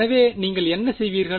எனவே நீங்கள் என்ன செய்வீர்கள்